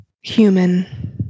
human